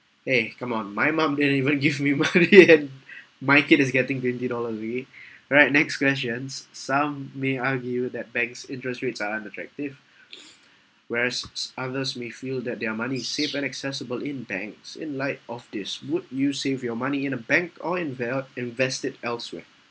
!hey! come on my mom didn't even give me money then my kid is getting twenty dollar already alright next question some may argue that banks interest rates are unattractive whereas ~ s others may feel that their money is safe and accessible in banks in light of this would you save your money in a bank or inve~ invested elsewhere